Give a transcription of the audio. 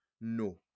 no